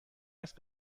است